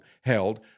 held